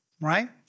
Right